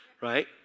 right